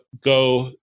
Go